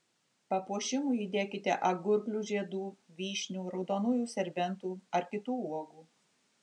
papuošimui įdėkite agurklių žiedų vyšnių raudonųjų serbentų ar kitų uogų